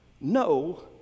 no